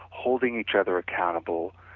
holding each other accountable,